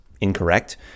incorrect